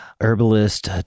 herbalist